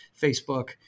Facebook